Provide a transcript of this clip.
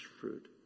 fruit